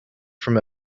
from